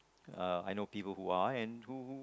uh I know people who are and who who